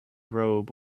robe